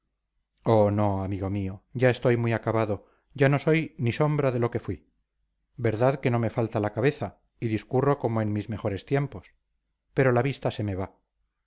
oh no amigo mío ya estoy muy acabado ya no soy ni sombra de lo que fui verdad que no me falta la cabeza y discurro como en mis mejores tiempos pero la vista se me va